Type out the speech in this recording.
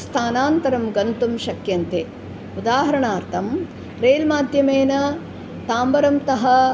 स्थानान्तरं गन्तुं शक्यन्ते उदाहरणार्थं रेल्माध्यमेन ताम्बरम्तः